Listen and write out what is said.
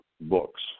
books